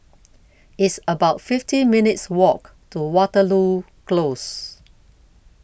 It's about fifty minutes' Walk to Waterloo Close